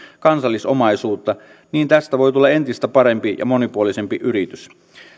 kansallisomaisuutta niin tästä voi tulla entistä parempi ja monipuolisempi yritys